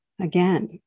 Again